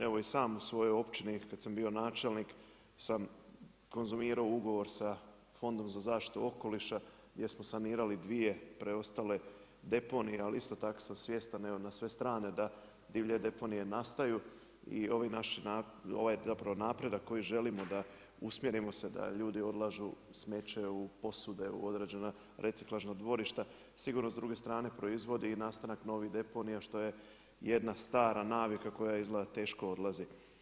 Evo i sam u svojoj općini kada sam bio načelnik sam konzumirao ugovor sa Fondom za zaštitu okoliša jer smo sanirali dvije preostale deponije, ali isto tako sam svjestan na sve strane da divlje deponije nastaju i ovaj napredak koji želimo da usmjerimo da ljudi odlažu smeće u posude u određena reciklažna dvorišta sigurno s druge strane proizvodi i nastanak novih deponija što je jedna stara navika koja izgleda teško odlazi.